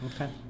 Okay